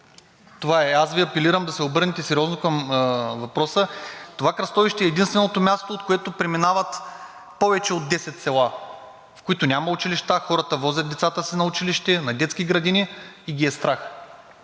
Това е. Аз апелирам да се обърнете сериозно към въпроса. Това кръстовище е единственото място, от което преминават повече от 10 села, в които няма училища. Хората возят децата си на училище, на детски градини и ги е страх.